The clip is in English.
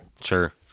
Sure